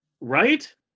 Right